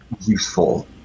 useful